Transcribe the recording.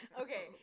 Okay